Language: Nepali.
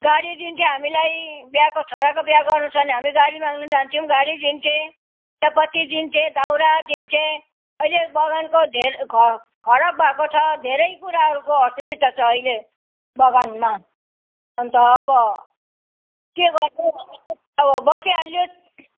गाडी दिन्थ्यो हामीलाई बिहाको छोराको बिहा गर्नु छ भने हामी गाडी माग्नु जान्थ्यौँ गाडी दिन्थे चियापत्ती दिन्थे दाउरा दिन्थे अहिले बगानको धेर ख खराब भएको छ धेरै कुराहरूको असुविधा छ अहिले बगानमा अनि त अब के गर्नु अब चाहिँ अब बसिहालियो